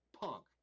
punk